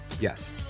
Yes